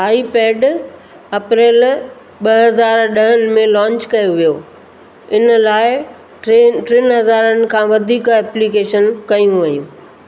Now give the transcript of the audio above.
iPad अप्रैल ॿ हज़ार ॾहनि में लॉन्च कयो वियो इन लाइ ट्रेन टिनि हज़ारनि खां वधीक एप्लिकेशन कयूं वियूं